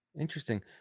Interesting